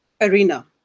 arena